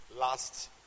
last